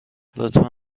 لطفا